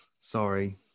Sorry